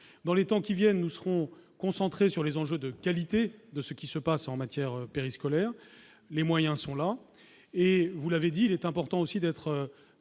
Dans les temps qui viennent, nous serons concentrés sur l'enjeu de la qualité de ce qui se passe en matière périscolaire. Les moyens sont là et, vous l'avez dit, il est important aussi d'être